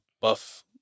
buff